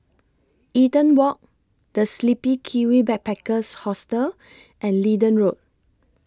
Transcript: Eaton Walk The Sleepy Kiwi Backpackers Hostel and Leedon Road